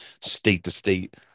state-to-state